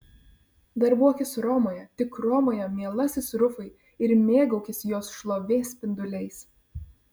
darbuokis romoje tik romoje mielasis rufai ir mėgaukis jos šlovės spinduliais